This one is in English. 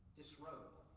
disrobe